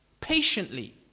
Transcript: patiently